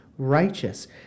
Righteous